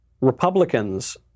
Republicans